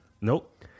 Nope